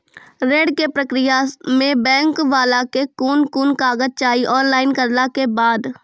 ऋण के प्रक्रिया मे बैंक वाला के कुन कुन कागज चाही, ऑनलाइन करला के बाद?